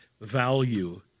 value